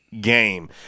game